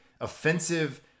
offensive